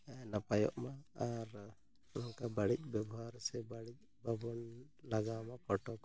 ᱱᱟᱯᱟᱭᱚᱜᱼᱢᱟ ᱟᱨ ᱱᱚᱝᱠᱟ ᱵᱟᱹᱲᱤᱡ ᱵᱮᱵᱚᱦᱟᱨ ᱥᱮ ᱵᱟᱹᱲᱤᱡ ᱵᱟᱵᱚᱱ ᱞᱟᱜᱟᱣᱢᱟ ᱯᱷᱳᱴᱚ ᱠᱚ